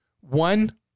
One